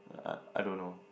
uh I don't know